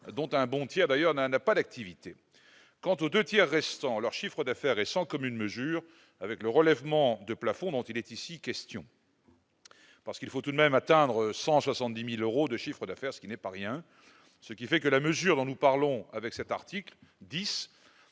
dont un bon tiers d'ailleurs n'a, n'a pas d'activité quant aux 2 tiers restants leur chiffre d'affaires est sans commune mesure avec le relèvement de plafond dont il est ici question. Parce qu'il faut tout de même atteindre 170000 euros de chiffre d'affaires, ce qui n'est pas rien, ce qui fait que la mesure dont nous parlons avec cet article 10